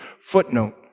footnote